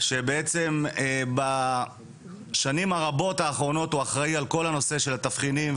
שבעצם בשנים הרבות האחרונות הוא אחראי על כל הנושא של התבחינים,